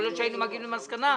יכול להיות שהיינו מגיעים למסקנה,